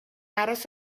aros